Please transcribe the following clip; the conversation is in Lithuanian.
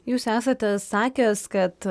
jūs esate sakęs kad